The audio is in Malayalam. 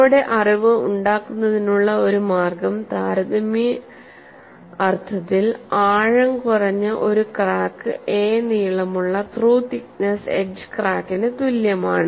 നമ്മുടെ അറിവ് ഉണ്ടാക്കുന്നതിനുള്ള ഒരു മാർഗ്ഗം താരതമ്യ അർത്ഥത്തിൽ ആഴം കുറഞ്ഞ ഒരു ക്രാക്ക് a നീളമുള്ള ത്രൂ തിക്നെസ്സ് എഡ്ജ് ക്രാക്കിന് തുല്യമാണ്